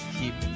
keep